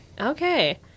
Okay